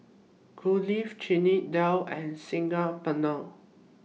Kulfi Chana Dal and Saag Paneer